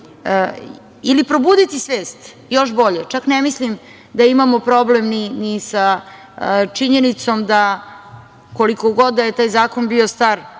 ili probuditi svest, još bolje. Čak ne mislim da imamo problem ni sa činjenicom da, koliko god da je taj zakon bio star,